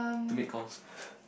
to make calls